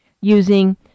using